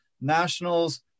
Nationals